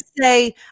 say